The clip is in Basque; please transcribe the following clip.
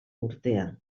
urtea